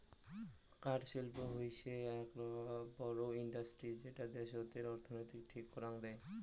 কাঠ শিল্প হৈসে আক বড় ইন্ডাস্ট্রি যেটা দ্যাশতের অর্থনীতির ঠিক করাং দেয়